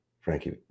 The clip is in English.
Frankie